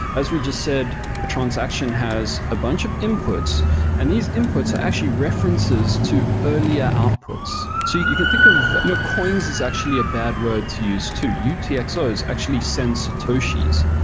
as we just said, a transaction has a bunch of inputs and these inputs are ah actually references to earlier outputs. so you can think of coins is actually a bad word to use too. utxos actually send satoshis.